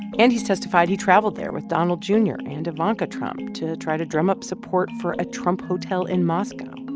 and he's testified he traveled there with donald jr. and ivanka trump to try to drum up support for a trump hotel in moscow.